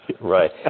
right